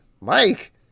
Mike